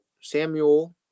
Samuel